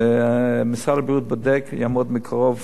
ומשרד הבריאות בודק, יעמוד מקרוב